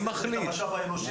את המשאב האנושי.